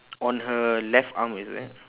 on her left arm is it